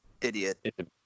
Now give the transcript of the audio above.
Idiot